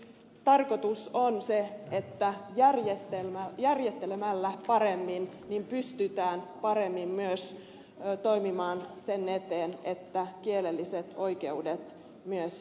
tarkoitus on siis se että järjestelemällä paremmin pystytään paremmin toimimaan sen eteen että kielelliset oikeudet myös toteutuvat käytännössä